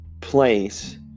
place